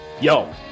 yo